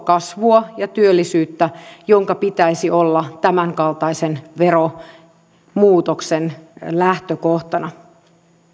kasvua ja työllisyyttä joiden pitäisi olla tämänkaltaisen veromuutoksen lähtökohtana